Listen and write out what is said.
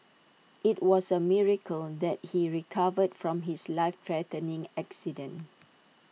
IT was A miracle that he recovered from his life threatening accident